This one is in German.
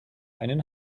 einen